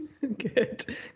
Good